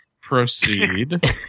Proceed